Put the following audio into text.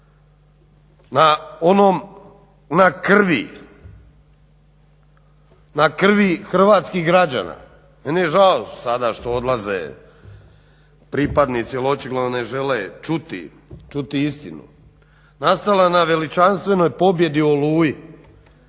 na krvi hrvatskih građana. Meni je žao sada što odlaze pripadnici jer očigledno ne žele čuti istinu, nastala na veličanstvenoj pobjedi u